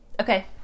okay